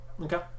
Okay